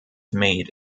made